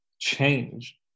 change